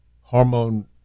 hormone